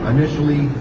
Initially